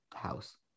House